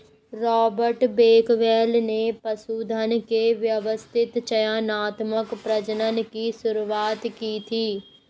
Robert Bakewell ने पशुधन के व्यवस्थित चयनात्मक प्रजनन की शुरुआत की थी